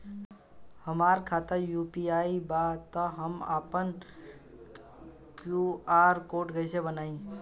हमार खाता यू.पी.आई बा त हम आपन क्यू.आर कोड कैसे बनाई?